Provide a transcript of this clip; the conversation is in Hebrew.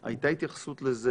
הייתה התייחסות לזה